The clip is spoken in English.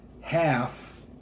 half